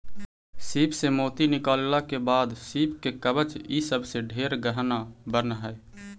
सीप से मोती निकालला के बाद सीप के कवच ई सब से ढेर गहना बन हई